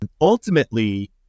Ultimately